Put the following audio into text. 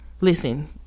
listen